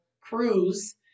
cruise